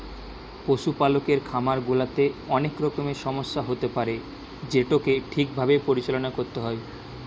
পশুপালকের খামার গুলাতে অনেক রকমের সমস্যা হতে পারে যেটোকে ঠিক ভাবে পরিচালনা করতে হয়